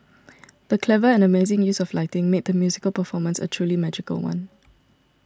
the clever and amazing use of lighting made the musical performance a truly magical one